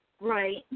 Right